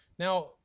Now